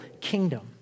kingdom